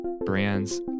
Brands